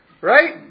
Right